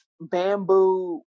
bamboo